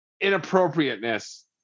inappropriateness